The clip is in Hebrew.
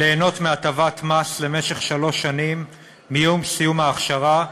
ליהנות מהטבת מס למשך שלוש שנים מיום סיום ההכשרה,